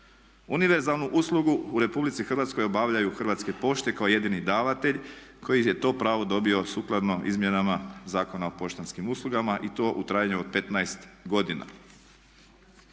Univerzalnu uslugu u Republici Hrvatskoj obavljaju Hrvatske pošte kao jedini davatelj koji je to pravo dobio sukladno Izmjenama zakona o poštanskih uslugama i to u trajanju od 15 godina.